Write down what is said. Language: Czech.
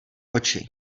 oči